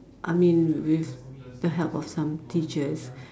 I mean with the help of some teachers